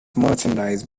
merchandise